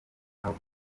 album